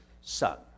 son